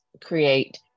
create